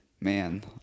Man